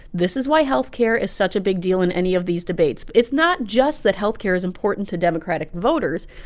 this is why health care is such a big deal in any of these debates. it's not just that health care is important to democratic voters.